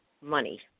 money